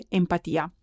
empatia